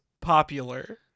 popular